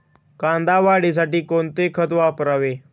कांदा वाढीसाठी कोणते खत वापरावे?